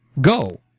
go